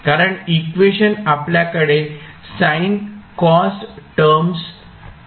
कारण इक्वेशन आपल्याकडे sine cos terms आहेत